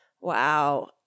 Wow